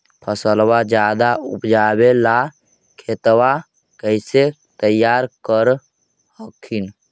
फसलबा ज्यादा उपजाबे ला खेतबा कैसे तैयार कर हखिन?